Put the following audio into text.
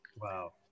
Wow